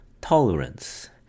tolerance